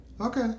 Okay